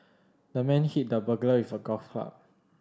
the man hit the burglar with a golf club